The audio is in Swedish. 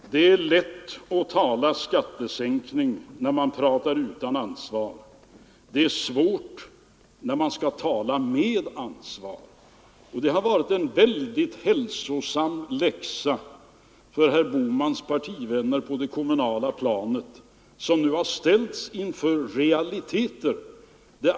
Det är lätt att tala om skattesäkning när man pratar utan ansvar, det är svårare när man skall tala med ansvar. Detta har varit en mycket hälsosam läxa för herr Bohmans partivänner på det kommunala planet, som nu har ställts inför realiteter.